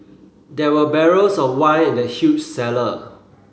there were barrels of wine in the huge cellar